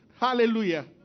Hallelujah